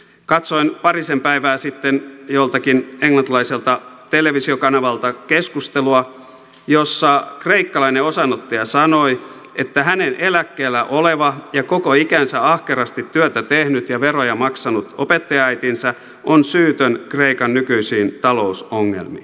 katsoin parisen päivää sitten joltakin englantilaiselta televisiokanavalta keskustelua jossa kreikkalainen osanottaja sanoi että hänen eläkkeellä oleva ja koko ikänsä ahkerasti työtä tehnyt ja veroja maksanut opettajaäitinsä on syytön kreikan nykyisiin talousongelmiin